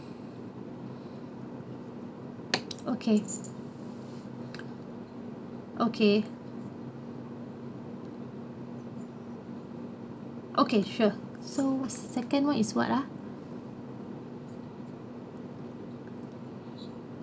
okay okay okay sure so second one is what ah